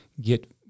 get